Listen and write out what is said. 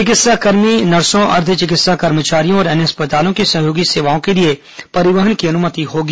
चिकित्साकर्मी नर्सों अर्धचिकित्सा कर्मचारियों और अन्य अस्पतालों की सहयोगी सेवाओं के लिए परिवहन की अनुमति होगी